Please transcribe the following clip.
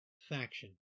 faction